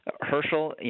Herschel